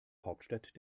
hauptstadt